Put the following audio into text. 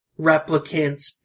replicants